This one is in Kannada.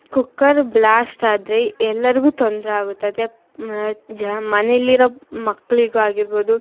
ಕುಕ್ಕರ್ ಬ್ಲಾಸ್ಟ್ ಆದರೆ ಎಲ್ಲರಿಗೂ ತೊಂದರೆ ಆಗುತ್ತದೆ ಜಾ ಮನೇಲ್ಲಿರೋ ಮಕ್ಕಳಿಗಾಗಿರ್ಬೋದು